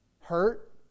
Hurt